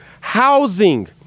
Housing